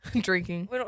drinking